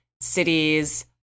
Cities